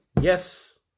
Yes